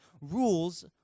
rules